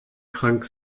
krank